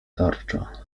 tarcza